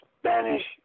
Spanish